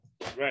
Right